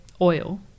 oil